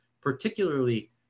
particularly